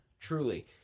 truly